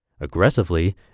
Aggressively